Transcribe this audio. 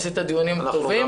עשית דיונים טובים.